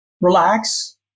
relax